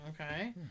okay